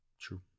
True